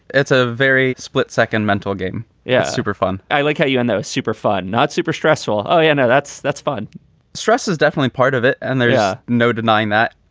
it's a very split-second mental game. yeah it's super fun i like how you and those super fun. not super stressful. oh yeah. no, that's that's fun stress is definitely part of it. and there's yeah no denying that.